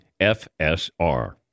FSR